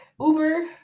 Uber